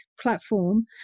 platform